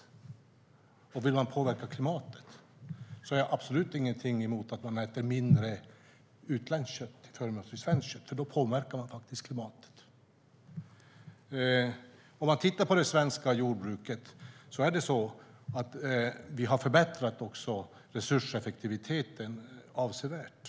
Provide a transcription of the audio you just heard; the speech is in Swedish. Om man vill påverka klimatet har jag absolut ingenting emot att man äter mindre utländskt kött till förmån för svenskt kött. Då påverkar man faktiskt klimatet. Om man tittar på det svenska jordbruket ser man att vi har förbättrat resurseffektiviteten avsevärt.